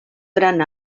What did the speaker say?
gran